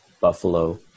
Buffalo